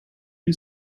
you